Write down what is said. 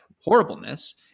horribleness